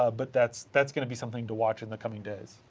ah but that's that's going to be something to watch in the coming days.